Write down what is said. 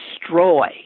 destroy